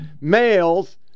males